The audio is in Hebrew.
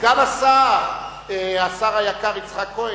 סגן השר, השר היקר יצחק כהן,